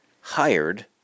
hired